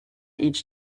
each